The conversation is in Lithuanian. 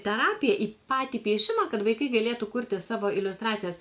terapiją į patį piešimą kad vaikai galėtų kurti savo iliustracijas